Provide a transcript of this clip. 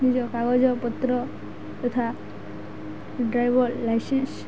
ନିଜ କାଗଜପତ୍ର ତଥା ଡ୍ରାଇଭର୍ ଲାଇସେନ୍ସ